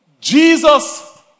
Jesus